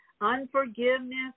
unforgiveness